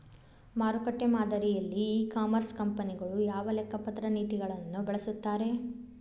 ಮಾರುಕಟ್ಟೆ ಮಾದರಿಯಲ್ಲಿ e commerce ಕಂಪನಿಗಳು ಯಾವ ಲೆಕ್ಕಪತ್ರ ನೇತಿಗಳನ್ನ ಬಳಸುತ್ತಾರಿ?